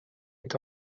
est